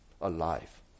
alive